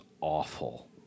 awful